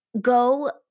go